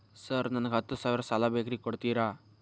Sir ನನಗ ಹತ್ತು ಸಾವಿರ ಸಾಲ ಬೇಕ್ರಿ ಕೊಡುತ್ತೇರಾ?